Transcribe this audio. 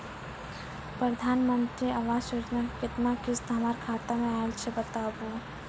प्रधानमंत्री मंत्री आवास योजना के केतना किस्त हमर खाता मे आयल छै बताबू?